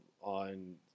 on